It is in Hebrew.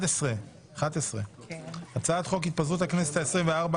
11. הצעת חוק התפזרות הכנסת העשרים וארבע,